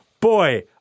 boy